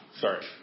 Sorry